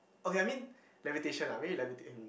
okay I mean levitation ah I mean levitating